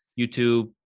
YouTube